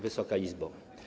Wysoka Izbo!